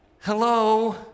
Hello